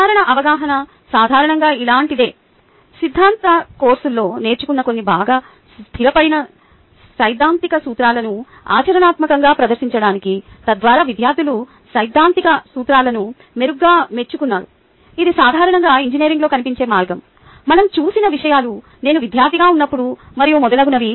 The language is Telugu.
సాధారణ అవగాహన సాధారణంగా ఇలాంటిదే సిద్ధాంత కోర్సులలో నేర్చుకున్న కొన్ని బాగా స్థిరపడిన సైద్ధాంతిక సూత్రాలను ఆచరణాత్మకంగా ప్రదర్శించడానికి తద్వారా విద్యార్థులు సైద్ధాంతిక సూత్రాలను మెరుగ్గా మెచ్చుకున్నారు ఇది సాధారణంగా ఇంజనీరింగ్లో కనిపించే మార్గం మనం చూసిన విషయాలు నేను విద్యార్థిగా ఉన్నప్పుడు మరియు మొదలగునవి